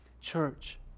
Church